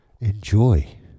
enjoy